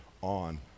on